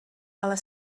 ale